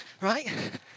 Right